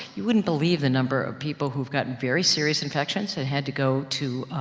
you wouldn't believe the number of people, who've gotten very serious infections, that had to go to,